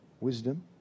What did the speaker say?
Wisdom